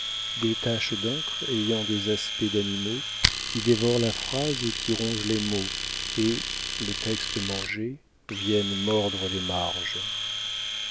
des taches d'encre ayant des aspects d'animaux qui dévorent la phrase et qui rongent les mots et le texte mangé viennent mordre les marges